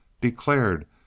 declared